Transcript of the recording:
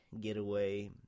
getaway